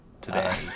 today